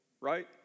right